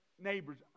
neighbor's